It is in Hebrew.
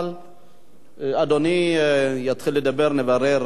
אבל אדוני יתחיל לדבר,